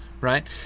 right